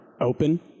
open